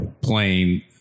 playing